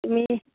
তুমি